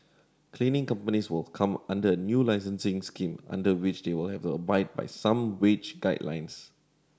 cleaning companies will come under a new licensing scheme under which they will have to abide by some wage guidelines